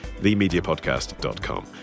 themediapodcast.com